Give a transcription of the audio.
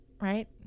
Right